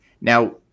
Now